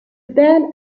band